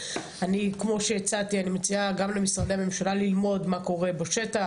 אני כמו שהצעתי אני מציעה למשרדי הממשלה ללמוד מה קורה בשטח,